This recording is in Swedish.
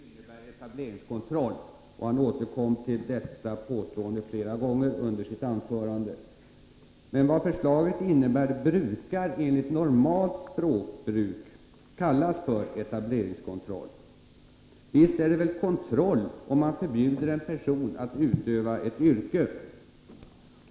Herr talman! Lennart Andersson inledde med att förklara att lagen inte innebär etableringskontroll, och han återkom till det påståendet flera gånger under sitt anförande. Men vad förslaget innebär brukar enligt normalt språkbruk kallas för etableringskontroll. Visst är det väl kontroll om man förbjuder en person att utöva ett yrke.